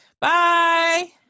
bye